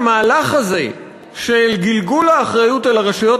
המהלך הזה של גלגול האחריות על הרשויות